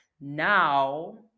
now